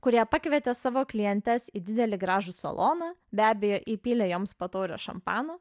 kurie pakvietė savo klientes į didelį gražų saloną be abejo įpylė joms po taurę šampano